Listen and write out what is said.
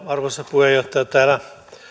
arvoisa puheenjohtaja täällä